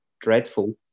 dreadful